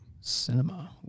Cinema